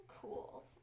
cool